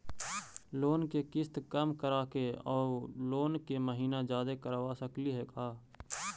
Loan के किस्त कम कराके औ लोन के महिना जादे करबा सकली हे का?